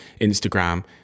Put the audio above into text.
Instagram